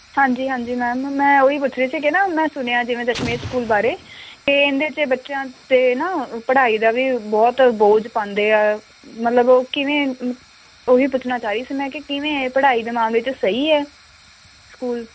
ਹਾਂਜੀ ਹਾਂਜੀ ਮੈਮ ਮੈਂ ਉਹ ਹੀ ਪੁੱਛ ਰਹੀ ਸੀ ਕਿ ਨਾ ਮੈਂ ਸੁਣਿਆ ਜਿਵੇਂ ਦਸ਼ਮੇਸ਼ ਸਕੂਲ ਬਾਰੇ ਕਿ ਇਹਦੇ 'ਚ ਬੱਚਿਆਂ 'ਤੇ ਨਾ ਪੜ੍ਹਾਈ ਦਾ ਵੀ ਬਹੁਤ ਬੋਝ ਪਾਉਂਦੇ ਆ ਮਤਲਬ ਉਹ ਕਿਵੇਂ ਉਹ ਵੀ ਪੁੱਛਣਾ ਚਾਹ ਰਹੀ ਸੀ ਮੈਂ ਕਿ ਕਿਵੇਂ ਹੈ ਪੜ੍ਹਾਈ ਦੇ ਮਾਮਲੇ 'ਚ ਸਹੀ ਹੈ ਸਕੂਲ